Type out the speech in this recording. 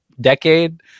decade